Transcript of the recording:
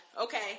Okay